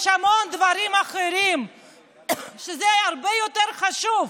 יש המון דברים אחרים שהם הרבה יותר חשובים.